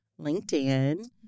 LinkedIn